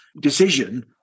decision